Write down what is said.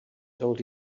told